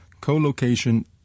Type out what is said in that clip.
Co-location